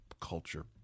culture